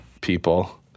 people